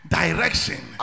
direction